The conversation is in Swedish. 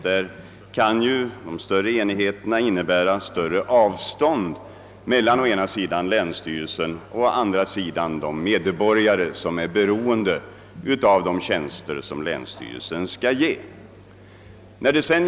Större enheter skulle ju kunna innebära större avstånd mellan å ena sidan länsstyrelsen och å andra sidan de medborgare som är beroende av de tjänster som länsstyrelsen skall ge.